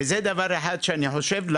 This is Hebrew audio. זה דבר אחד שאני חושב.